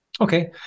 okay